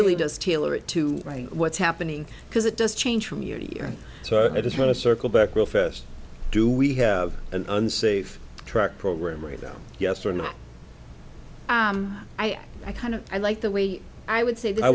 really does tailor it to right what's happening because it does change from year to year so i just want to circle back real fast do we have an unsafe track program right now yes or not i i kind of i like the way i would say